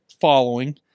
following